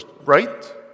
right